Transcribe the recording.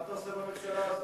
מה אתה עושה בממשלה הזאת?